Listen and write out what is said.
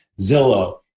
Zillow